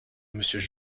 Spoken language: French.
monsieur